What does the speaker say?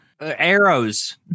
arrows